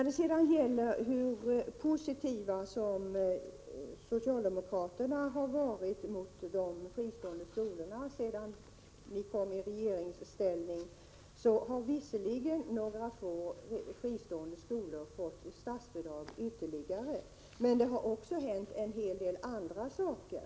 Beträffande hur positiva socialdemokraterna har varit mot de fristående skolorna sedan ni kom i regeringsställning vill jag säga: Visserligen har några få fristående skolor ytterligare fått statsbidrag, men det har också hänt en hel del andra saker.